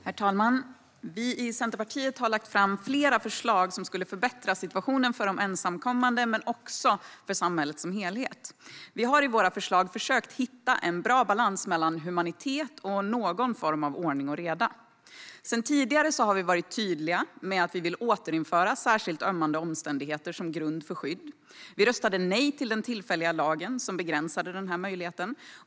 Herr talman! Vi i Centerpartiet har lagt fram flera förslag som skulle förbättra situationen för de ensamkommande, men också för samhället som helhet. Vi har i våra förslag försökt hitta en bra balans mellan humanitet och någon form av ordning och reda. Sedan tidigare har vi varit tydliga med att vi vill återinföra särskilt ömmande omständigheter som grund för skydd. Vi röstade nej till den tillfälliga lagen, som begränsade den här möjligheten.